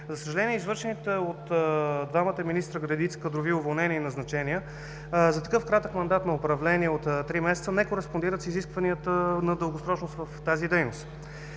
За съжаление, извършените от двамата министри редица кадрови уволнения и назначения за такъв кратък мандат на управление от три месеца не кореспондират с изискванията на дългосрочност в тази дейност.